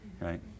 Right